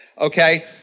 Okay